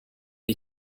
die